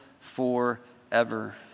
forever